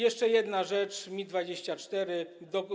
Jeszcze jedna rzecz - Mi-24.